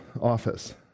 office